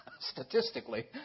statistically